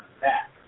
back